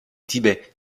tibet